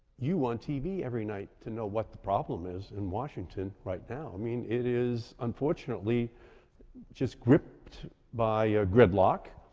you on tv every night to know what the problem is in washington right now. i mean, it is unfortunately just gripped by gridlock.